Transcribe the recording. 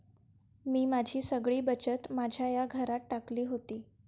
मी माझी सगळी बचत माझ्या या घरात टाकली होती